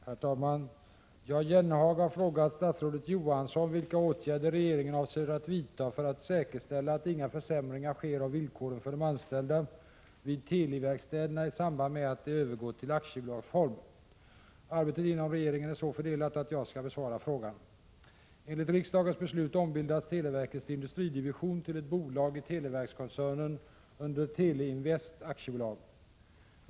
Herr talman! Jan Jennehag har frågat statsrådet Johansson vilka åtgärder regeringen avser att vidta för att säkerställa att inga försämringar sker av villkoren för de anställda vid Teliverkstäderna i samband med att de övergår i aktiebolagsform. Arbetet inom regeringen är så fördelat att jag skall besvara frågan. Enligt riksdagens beslut ombildas televerkets industridivision till ett bolag i televerkskoncernen under Teleinvest AB.